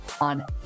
on